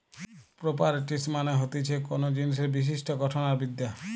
properties মানে হতিছে কোনো জিনিসের বিশিষ্ট গঠন আর বিদ্যা